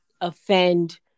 offend